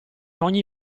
ogni